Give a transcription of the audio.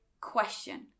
question